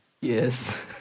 Yes